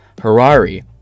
Harari